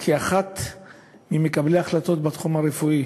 אחד ממקבלי ההחלטות בתחום הרפואי.